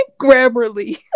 Grammarly